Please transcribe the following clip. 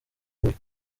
huye